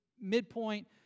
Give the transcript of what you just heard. midpoint